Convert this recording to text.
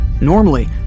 Normally